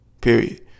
period